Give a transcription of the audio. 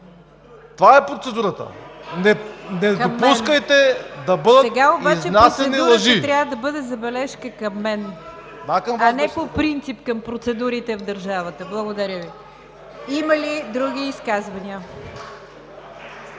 Това е процедурата – не допускайте да бъдат изнасяни лъжи. ПРЕДСЕДАТЕЛ НИГЯР ДЖАФЕР: Сега обаче процедурата трябва да бъде забележка към мен, а не по принцип към процедурите в държавата. Благодаря Ви. Има ли други изказвания?